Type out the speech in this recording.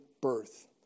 birth